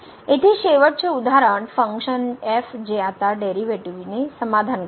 येथे शेवटचे उदाहरण फंक्शन f जे आता डेरीवेटीव चे समाधान करते